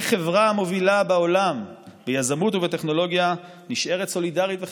איך חברה מובילה בעולם ביזמות ובטכנולוגיה נשארת סולידרית וחברתית?